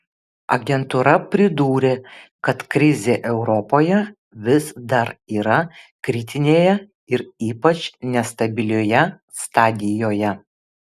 agentūra pridūrė kad krizė europoje vis dar yra kritinėje ir ypač nestabilioje stadijoje